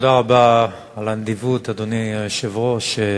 תודה רבה על הנדיבות, אדוני היושב-ראש.